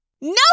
No